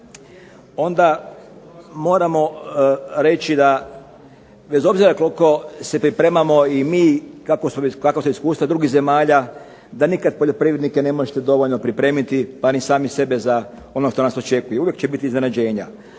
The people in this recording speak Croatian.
onda moramo reći da bez obzira koliko se pripremamo i mi kakva su iskustva drugih zemalja da nikada poljoprivrednike ne možete dovoljno pripremiti pa ni sami sebe za ono što nas očekuje, jer uvijek će biti iznenađenja.